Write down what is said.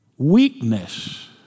weakness